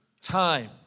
Time